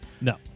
No